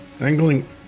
angling